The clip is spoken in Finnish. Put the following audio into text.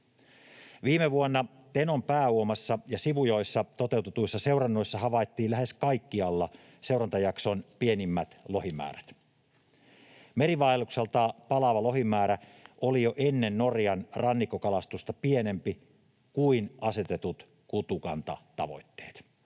Viime vuonna Tenon pääuomassa ja sivujoissa toteutetuissa seurannoissa havaittiin lähes kaikkialla seurantajakson pienimmät lohimäärät. Merivaellukselta palaava lohimäärä oli jo ennen Norjan rannikkokalastusta pienempi kuin asetetut kutukantatavoitteet.